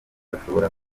bashobora